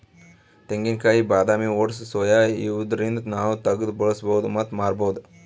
ತೆಂಗಿನಕಾಯಿ ಬಾದಾಮಿ oats soya ಇವ್ದರಿಂದ್ ನಾವ್ ತಗ್ದ್ ಬಳಸ್ಬಹುದ್ ಮತ್ತ್ ಮಾರ್ಬಹುದ್